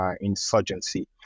insurgency